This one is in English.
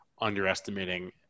underestimating